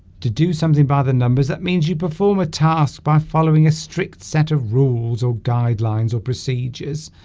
to do something by the numbers that means you perform a task by following a strict set of rules or guidelines or procedures